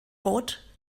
rot